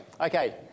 Okay